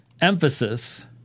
emphasis